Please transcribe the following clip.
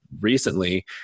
recently